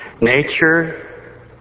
Nature